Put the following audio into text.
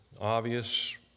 Obvious